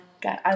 god